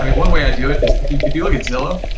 i mean one way i do it is, if if you look at zillow,